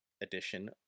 edition